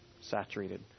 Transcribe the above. saturated